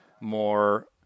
more